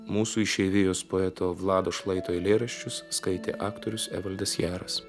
mūsų išeivijos poeto vlado šlaito eilėraščius skaitė aktorius evaldas jaras